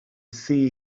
thŷ